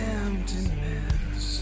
emptiness